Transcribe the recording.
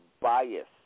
bias